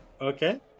Okay